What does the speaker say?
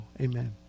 Amen